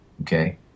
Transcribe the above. okay